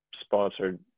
sponsored